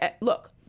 look